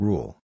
Rule